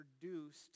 produced